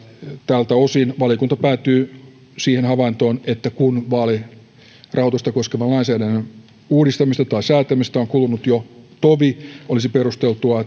tältä osin valiokunta päätyy siihen havaintoon että kun vaalirahoitusta koskevan lainsäädännön uudistamisesta tai säätämisestä on kulunut jo tovi olisi perusteltua